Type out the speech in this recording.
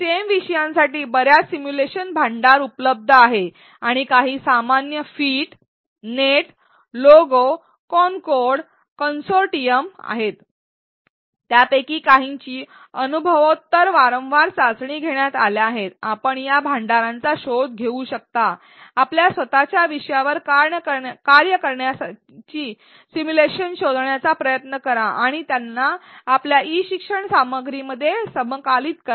stem विषयांसाठी बर्याच simulation भांडार उपलब्ध आहेत आणि काही सामान्य PhET NetLogo Concord consortium आहेत त्यापैकी काहींची अनुभवोत्तर वारंवार चाचणी घेण्यात आल्या आहेत आपण या भांडारांचा शोध घेऊ शकता आपल्या स्वतःच्या विषयावर कार्य करणारी सिम्युलेशन शोधण्याचा प्रयत्न करा आणि त्यांना आपल्या ई शिक्षण सामग्रीमध्ये समाकलित करा